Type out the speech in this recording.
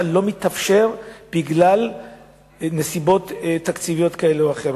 לא מתאפשר בגלל סיבות תקציביות כאלה או אחרות.